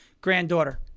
granddaughter